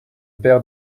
père